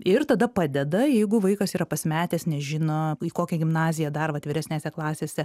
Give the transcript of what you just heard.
ir tada padeda jeigu vaikas yra pasimetęs nežino kokią gimnaziją dar vat vyresnėse klasėse